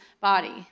body